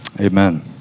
Amen